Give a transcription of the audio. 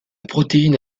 protéines